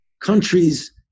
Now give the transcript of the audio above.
countries